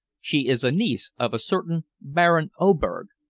she is a niece of a certain baron oberg.